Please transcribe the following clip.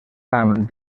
camp